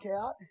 out